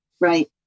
Right